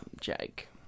Jake